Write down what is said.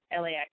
LAX